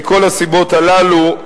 מכל הסיבות הללו,